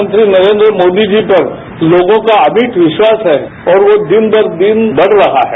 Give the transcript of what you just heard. प्रधानमंत्री नरेन्द्र मोदी जी पर लोगों का अटूट विश्वास है और वो दिन ब दिन बढ़ रहा है